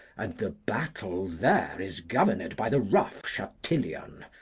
and the battle there is governed by the rough chattillion.